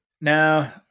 Now